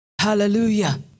Hallelujah